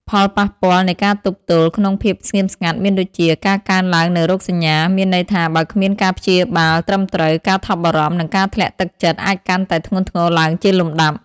ផលប៉ះពាល់នៃការទប់ទល់ក្នុងភាពស្ងៀមស្ងាត់មានដូចជា ការកើនឡើងនូវរោគសញ្ញា មានន័យថាបើគ្មានការព្យាបាលត្រឹមត្រូវ ការថប់បារម្ភ និងការធ្លាក់ទឹកចិត្តអាចកាន់តែធ្ងន់ធ្ងរឡើងជាលំដាប់។